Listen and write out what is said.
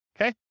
Okay